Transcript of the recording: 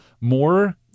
more